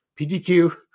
PDQ